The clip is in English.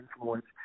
influence